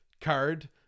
card